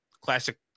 classic